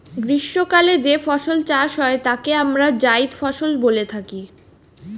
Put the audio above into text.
গ্রীষ্মকালে যে ফসল চাষ হয় তাকে আমরা জায়িদ ফসল বলে থাকি